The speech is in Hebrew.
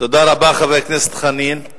תודה רבה, חבר הכנסת חנין.